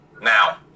Now